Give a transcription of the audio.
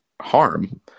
harm